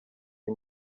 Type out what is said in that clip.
iyi